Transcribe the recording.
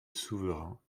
souverain